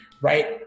Right